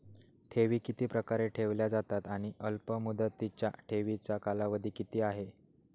ठेवी किती प्रकारे ठेवल्या जातात आणि अल्पमुदतीच्या ठेवीचा कालावधी किती आहे?